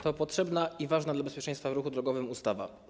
To potrzebna i ważna dla bezpieczeństwa ruchu drogowego ustawa.